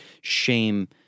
shame